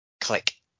click